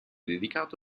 dedicato